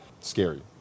scary